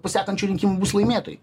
po sekančių rinkimų bus laimėtojai